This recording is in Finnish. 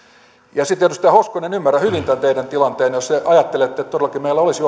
ja sitten edustaja hoskonen ymmärrän hyvin tämän teidän tilanteenne jos te ajattelette että todellakin meillä olisi